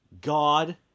God